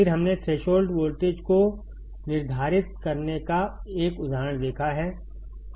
फिर हमने threshold voltage को निर्धारित करने का एक उदाहरण देखा है